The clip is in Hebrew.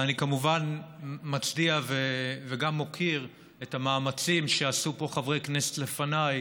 אני כמובן מצדיע וגם מוקיר את המאמצים שעשו פה חברי כנסת לפניי,